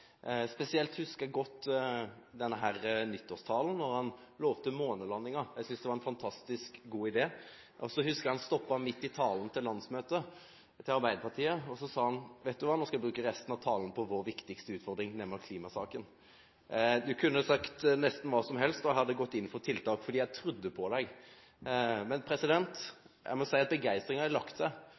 han stoppet midt i talen til Arbeiderpartiets landsmøte, og sa at han skulle bruke resten av talen på vår viktigste utfordring, nemlig klimasaken. Statsministeren kunne ha sagt nesten hva som helst, og jeg hadde gått inn for tiltak, fordi jeg trodde på ham. Men jeg må si at begeistringen har lagt seg.